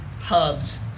hubs